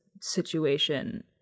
situation